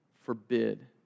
forbid